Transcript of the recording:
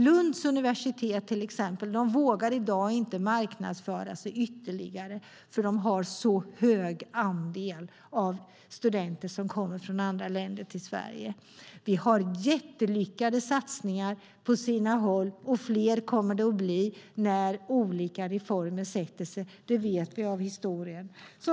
Lunds universitet, till exempel, vågar i dag inte marknadsföra sig ytterligare, för de har en så hög andel studenter som kommer från andra länder till Sverige. Vi har jättelyckade satsningar på sina håll, och fler kommer det att bli när olika reformer sätter sig. Det vet vi av historien.